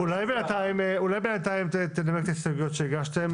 אולי בינתיים תנמק את ההסתייגויות שהגשתם,